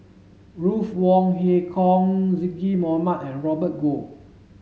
Ruth Wong Hie King Zaqy Mohamad and Robert Goh